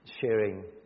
sharing